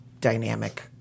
dynamic